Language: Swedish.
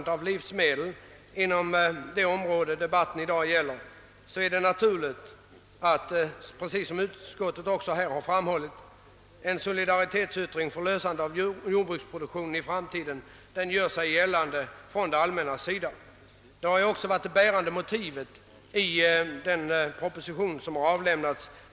Med all respekt för talet om specialisering vill jag påpeka, att man ibland glömmer de fördelar som en kombinerad animalieoch vegetabilieproduktion innebär — detta, som jag sade, inte minst med tanke på möjligheterna att effektivt utnyttja arbetskraften. Herr talman!